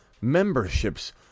memberships